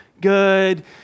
good